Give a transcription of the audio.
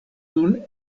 nun